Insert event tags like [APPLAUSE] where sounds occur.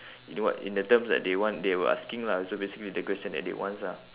[BREATH] you know what in the terms that they want they were asking lah so basically the question that they wants ah